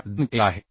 21 आहे